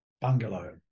bungalow